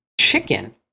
Chicken